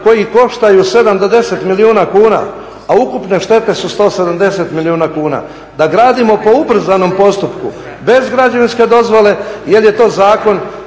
koji koštaju 7 do 10 milijuna kuna, a ukupne štete su 170 milijuna kuna, da gradimo po ubrzanom postupku bez građevinske dozvole jer je to zakon